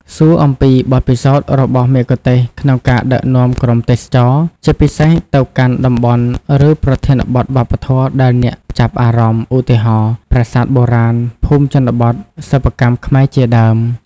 សួរអំពី បទពិសោធន៍ របស់មគ្គុទ្ទេសក៍ក្នុងការដឹកនាំក្រុមទេសចរ ជាពិសេសទៅកាន់តំបន់ ឬប្រធានបទវប្បធម៌ដែលអ្នកចាប់អារម្មណ៍ ឧទាហរណ៍ ប្រាសាទបុរាណ ភូមិជនបទ សិប្បកម្មខ្មែរជាដើម។